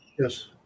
yes